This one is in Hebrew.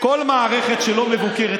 כל מערכת שלא מבוקרת,